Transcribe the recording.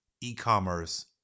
e-commerce